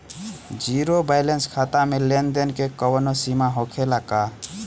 Zero balance खाता में लेन देन के कवनो सीमा होखे ला का?